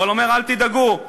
אבל אומר: אל תדאגו,